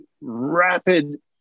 rapid